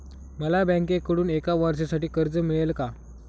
मला बँकेकडून एका वर्षासाठी कर्ज मिळेल का?